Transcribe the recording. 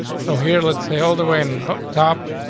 so here, let's say all the way and book top,